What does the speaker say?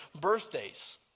birthdays